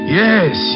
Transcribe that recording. yes